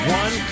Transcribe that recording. one